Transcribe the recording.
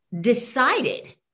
decided